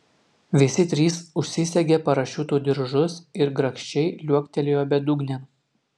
visi trys užsisegė parašiutų diržus ir grakščiai liuoktelėjo bedugnėn